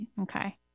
okay